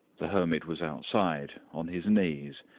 the hermit was outside, on his knees,